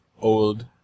old